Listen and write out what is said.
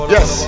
Yes